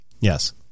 Yes